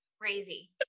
crazy